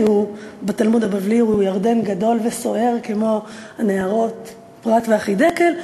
שבתלמוד הבבלי הוא ירדן גדול וסוער כמו הנהרות הפרת והחידקל,